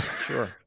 sure